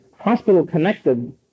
hospital-connected